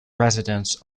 residents